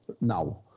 now